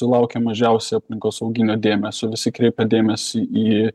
sulaukė mažiausiai aplinkosauginio dėmesio visi kreipia dėmesį į